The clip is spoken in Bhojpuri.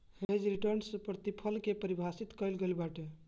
हेज रिटर्न से पूर्णप्रतिफल के पारिभाषित कईल गईल बाटे